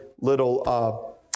little